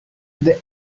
the